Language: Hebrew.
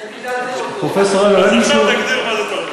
זה, פרופסור, אין מישהו, לתרבות.